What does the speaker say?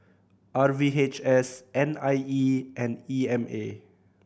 R V H S N I E and E M A